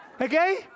Okay